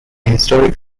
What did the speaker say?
historic